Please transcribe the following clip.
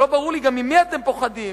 ולא ברור לי גם ממי אתם פוחדים,